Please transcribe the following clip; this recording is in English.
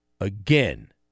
again